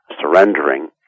surrendering